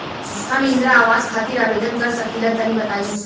हम इंद्रा आवास खातिर आवेदन कर सकिला तनि बताई?